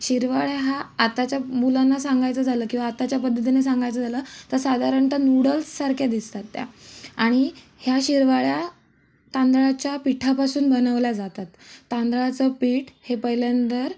शिरवाळ्या हा आताच्या मुलांना सांगायचं झालं किवा आताच्या पद्धतीने सांगायचं झालं तर साधारणतः नूडल्स सारख्या दिसतात त्या आणि ह्या शिरवाळ्या तांदळाच्या पिठापासून बनवल्या जातात तांदळाचं पीठ हे पहिल्यांदा